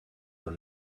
than